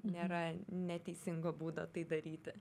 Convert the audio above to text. nėra neteisingo būdo tai daryti